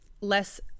less